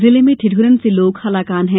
जिले में ठिदुरन से लोग हलाकान हैं